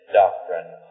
doctrine